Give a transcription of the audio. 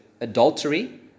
adultery